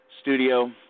studio